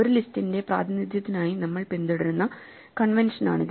ഒരു ലിസ്റ്റിന്റെ പ്രതിനിധ്യത്തിനായി നമ്മൾ പിന്തുടരുന്ന കൺവെൻഷനാണിത്